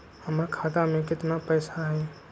हमर खाता में केतना पैसा हई?